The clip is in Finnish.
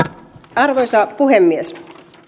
arvoisa puhemies